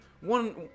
one